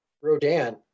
rodan